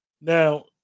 Now